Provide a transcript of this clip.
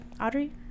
audrey